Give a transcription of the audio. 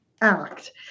act